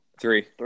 Three